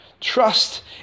Trust